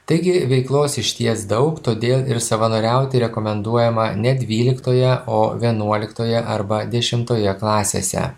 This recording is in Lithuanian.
taigi veiklos išties daug todėl ir savanoriauti rekomenduojama ne dvyliktoje o vienuoliktoje arba dešimtoje klasėse